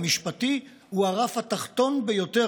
המשפטי הוא הרף התחתון ביותר,